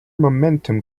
momentum